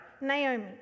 Naomi